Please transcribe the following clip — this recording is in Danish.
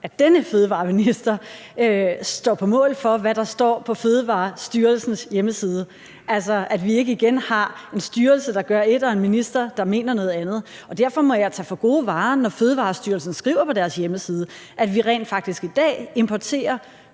– denne fødevareminister – står på mål for, hvad der står på Fødevarestyrelsens hjemmeside, så vi ikke igen har en styrelse, der gør ét, og en minister, der mener noget andet. Derfor må jeg tage det for gode varer, når Fødevarestyrelsen skriver på sin hjemmeside, at vi rent faktisk i dag importerer